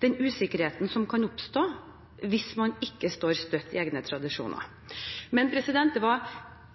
den usikkerheten som kan oppstå hvis man ikke står støtt i egne tradisjoner. Det var